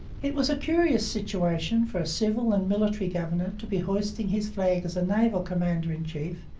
it was a curious situation for a civil and military governor to be hoisting his flag as a naval commander-in-chief,